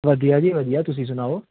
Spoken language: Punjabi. ਵਧੀਆ ਜੀ ਵਧੀਆ ਤੁਸੀਂ ਸੁਣਾਓ